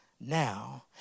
now